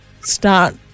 start